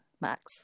max